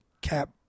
Cap